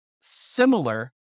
similar